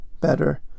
better